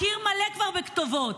הקיר מלא כבר בכתובות,